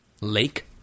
Lake